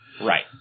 right